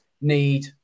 need